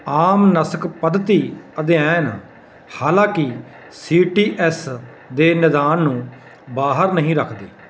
ਆਮ ਨਸਕ ਪੱਧਤੀ ਅਧਿਐਨ ਹਾਲਾਂਕਿ ਸੀ ਟੀ ਐੱਸ ਦੇ ਨਿਦਾਨ ਨੂੰ ਬਾਹਰ ਨਹੀਂ ਰੱਖਦੇ